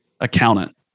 accountant